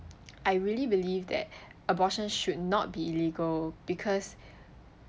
I really believe that abortion should not be illegal because